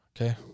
Okay